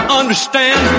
understand